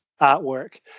artwork